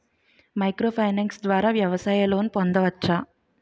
Micro finance ద్వారా వ్యవసాయ loan పొందవచ్చా?